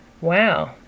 wow